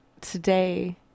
today